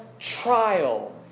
Trial